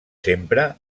sempre